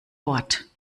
wort